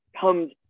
comes